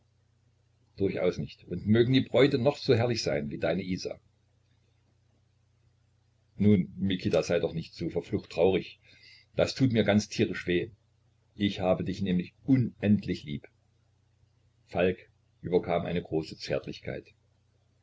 durchaus nicht und mögen die bräute noch so herrlich sein wie deine isa nun mikita sei doch nicht so verflucht traurig das tut mir ganz tierisch weh ich habe dich nämlich unendlich lieb falk überkam eine große zärtlichkeit